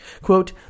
Quote